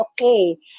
okay